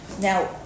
Now